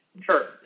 sure